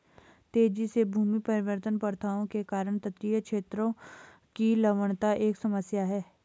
तेजी से भूमि परिवर्तन प्रथाओं के कारण तटीय क्षेत्र की लवणता एक समस्या है